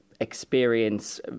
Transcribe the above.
experience